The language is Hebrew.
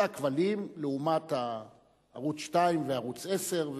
שזה הכבלים לעומת ערוץ-2 וערוץ-10,